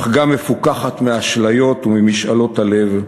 אך גם מפוכחת מאשליות וממשאלות הלב,